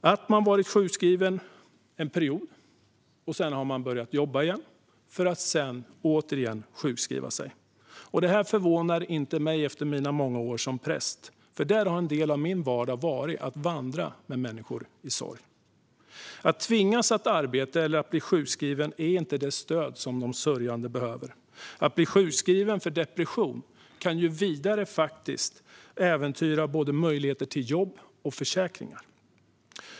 Man hade varit sjukskriven en period och sedan börjat jobba igen - för att sedan sjukskriva sig igen. Detta förvånar inte mig efter mina många år som präst, för en del av min vardag har varit att vandra med människor i sorg. Att tvingas att arbeta eller bli sjukskriven är inte det stöd som de sörjande behöver. Att bli sjukskriven för depression kan vidare faktiskt äventyra både möjligheter till jobb och till försäkringar.